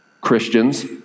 Christians